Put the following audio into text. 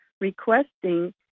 requesting